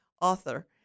author